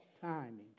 timing